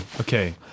Okay